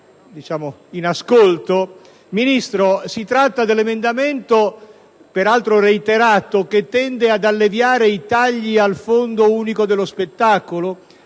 Ministro, si tratta di un emendamento, peraltro reiterato, che tende ad alleviare i tagli al Fondo unico per lo spettacolo.